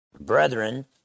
Brethren